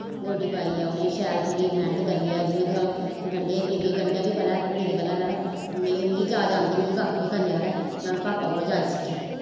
गोड्डी पाइयै उ'नेंगी शैल फिरी मैह्नत करियै जि'यां फिर गंढें दी पनीरी गंढें बी पैह्लैं पनीरी पैह्लें मिगी मिगी जाच औंदी निं ही कक्ख बी करने पैह्लैं में अपने पापा कोला जाच सिक्खी